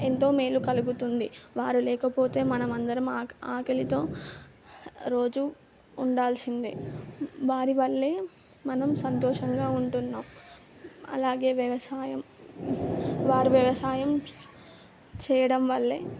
ఎంతో మేలు కలుగుతుంది వారు లేకపోతే మనం అందరం ఆక్ ఆకలితో రోజూ ఉండాల్సిందే వారి వల్లే మనం సంతోషంగా ఉంటున్నాం అలాగే వ్యవసాయం వారు వ్యవసాయం చేయడం వల్లే